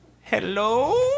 hello